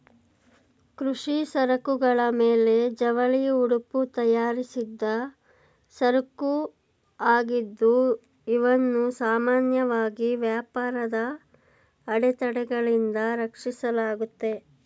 ಕೃಷಿ ಸರಕುಗಳ ಮೇಲೆ ಜವಳಿ ಉಡುಪು ತಯಾರಿಸಿದ್ದ ಸರಕುಆಗಿದ್ದು ಇವನ್ನು ಸಾಮಾನ್ಯವಾಗಿ ವ್ಯಾಪಾರದ ಅಡೆತಡೆಗಳಿಂದ ರಕ್ಷಿಸಲಾಗುತ್ತೆ